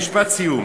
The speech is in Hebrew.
כן, משפט סיום.